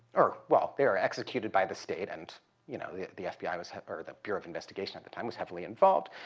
or, well, they were executed by the state and you know the the fbi was or the bureau of investigation at the time was heavily involved.